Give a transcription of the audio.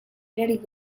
erarik